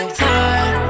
time